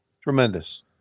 Tremendous